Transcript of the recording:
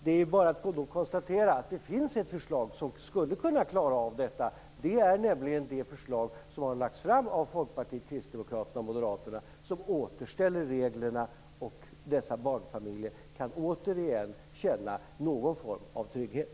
Det är bara att konstatera att det finns ett förslag som skulle kunna klara av detta. Det är nämligen det förslag som har lagts fram av Folkpartiet, Kristdemokraterna och Moderaterna, som återställer reglerna. Dessa barnfamiljer kan återigen känna någon form av trygghet.